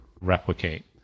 replicate